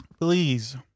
please